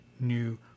new